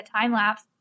time-lapse